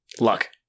luck